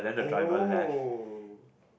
oh